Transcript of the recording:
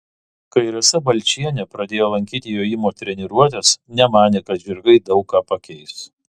kai rasa balčienė pradėjo lankyti jojimo treniruotes nemanė kad žirgai daug ką pakeis